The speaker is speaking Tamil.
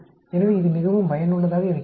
எனவே இது மிகவும் பயனுள்ளதாக இருக்கிறது